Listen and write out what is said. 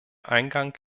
eingang